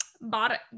bought